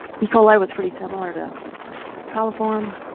e. coli was pretty similar to coliform